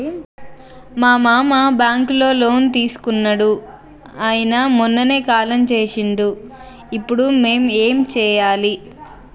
మా మామ బ్యాంక్ లో లోన్ తీసుకున్నడు అయిన మొన్ననే కాలం చేసిండు ఇప్పుడు మేం ఏం చేయాలి?